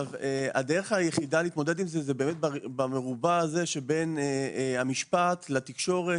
הדרך היחידה להתמודד עם זה היא באמת במרובע הזה שבין המשפט לתקשורת,